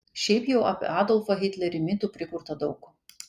šiaip jau apie adolfą hitlerį mitų prikurta daug